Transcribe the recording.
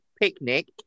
picnic